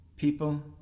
People